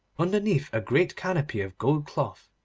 underneath a great canopy of gold cloth,